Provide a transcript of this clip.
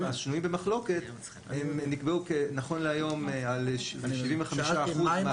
השנויים במחלוקת נקבעו על 75% מהסכומים הללו.